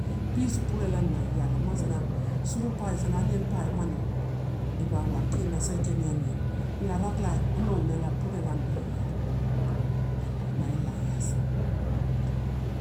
Pisu purela elana iala asana suru pae asana aniani pae umano dipauwa ke na saikaini aniani ela rarelai onouna pureana ela na iala ela na elaiasa.